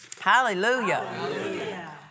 Hallelujah